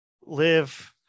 live